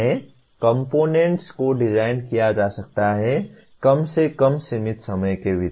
components को design किया जा सकता है कम से कम सीमित समय के भीतर